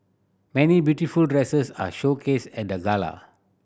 many beautiful dresses are showcased at the gala